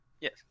Yes